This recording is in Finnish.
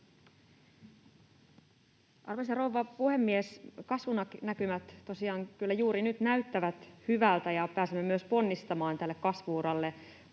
Arvoisa rouva puhemies! Kasvunäkymät tosiaan kyllä juuri nyt näyttävät hyviltä, ja pääsemme myös ponnistamaan tälle kasvu-uralle